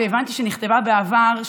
שהבנתי שנכתבה בעבר,